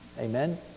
Amen